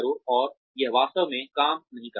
और यह वास्तव में काम नहीं करता है